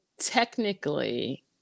technically